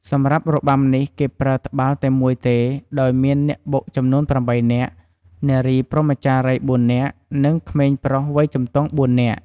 សម្រាប់របាំនេះគេប្រើត្បាល់តែមួយទេដោយមានអ្នកបុកចំនួន៨នាក់ នារីព្រហ្មចារីយ៍៤នាក់ និងក្មេងប្រុសវ័យជំទង់៤នាក់។